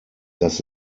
dass